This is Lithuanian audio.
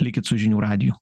likit su žinių radiju